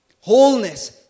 wholeness